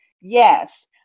Yes